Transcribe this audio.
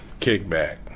kickback